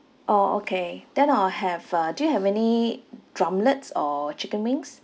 orh okay then I'll have a do you have any drumlets or chicken wings